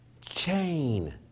chain